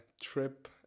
trip